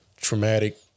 traumatic